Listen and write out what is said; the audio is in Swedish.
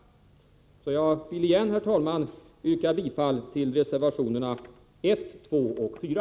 Herr talman! Jag vill återigen yrka bifall till reservationerna 1, 2 och 4.